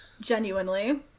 Genuinely